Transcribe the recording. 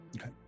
Okay